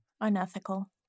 Unethical